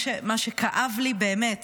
מה שכאב לי באמת